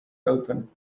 open